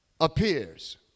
appears